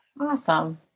awesome